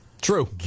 True